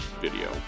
video